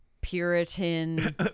Puritan